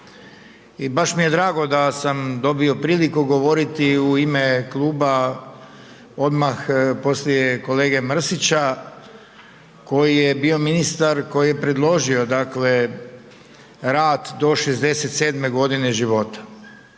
I baš mi je drago da sam dobio priliku govoriti u ime kluba odmah poslije kolege Mrsića koji je bio ministar koji je predložio rad do 67. godine života.